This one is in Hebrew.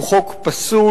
הוא חוק פסול.